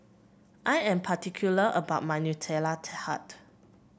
I am particular about my Nutella Tart